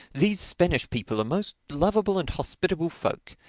these spanish people are most lovable and hospitable folk.